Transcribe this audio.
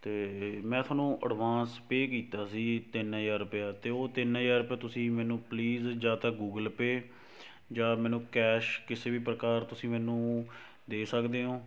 ਅਤੇ ਮੈਂ ਤੁਹਾਨੂੰ ਐਡਵਾਂਸ ਪੇ ਕੀਤਾ ਸੀ ਤਿੰਨ ਹਜ਼ਾਰ ਰੁਪਇਆ ਅਤੇ ਉਹ ਤਿੰਨ ਹਜ਼ਾਰ ਰੁਪਇਆ ਤੁਸੀਂ ਮੈਨੂੰ ਪਲੀਜ਼ ਜਾਂ ਤਾਂ ਗੂਗਲ ਪੇ ਜਾਂ ਮੈਨੂੰ ਕੈਸ਼ ਕਿਸੇ ਵੀ ਪ੍ਰਕਾਰ ਤੁਸੀਂ ਮੈਨੂੰ ਦੇ ਸਕਦੇ ਓਂ